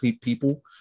people